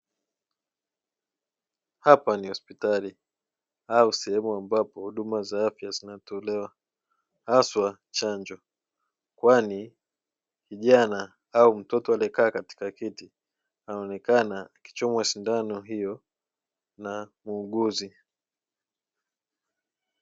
Hapa ni hospitali au sehemu ambapo huduma za afya zinatolewa haswa chanjo, kwani kijana au mtoto aliyekaa katika kiti anaonekana akichomwa sindano hiyo na muuguzi.